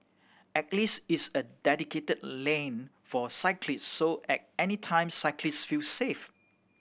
at least it's a dedicated lane for cyclist so at any time cyclist feel safe